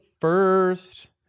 first